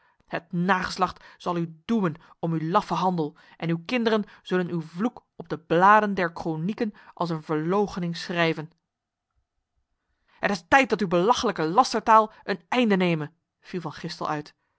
het nageslacht zal u doemen om uw laffe handel en uw kinderen zullen uw vloek op de bladen der kronieken als een verloochening schrijven het is tijd dat uw belachelijke lastertaal een einde neme viel van gistel uit